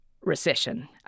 recession